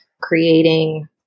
creating